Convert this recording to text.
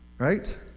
Right